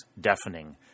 deafening